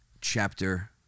chapter